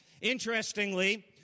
Interestingly